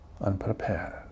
unprepared